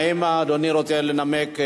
האם אדוני רוצה לנמק?